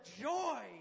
joy